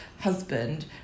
husband